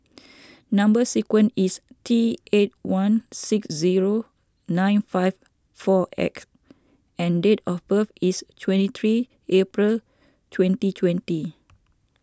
Number Sequence is T eight one six zero nine five four X and date of birth is twenty three April twenty twenty